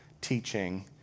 teaching